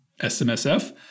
SMSF